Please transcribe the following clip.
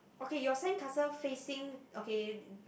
okay your sandcastle facing okay